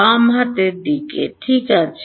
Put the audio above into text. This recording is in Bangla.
বাম হাত ঠিক আছে